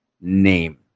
Name